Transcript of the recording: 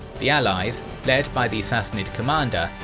the allies led by the sassanid commander,